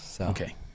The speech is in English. Okay